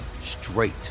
straight